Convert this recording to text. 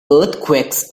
earthquakes